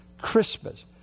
Christmas